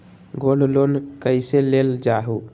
Gold loan कईसे लेल जाहु?